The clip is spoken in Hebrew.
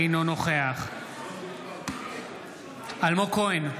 אינו נוכח אלמוג כהן,